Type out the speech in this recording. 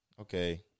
okay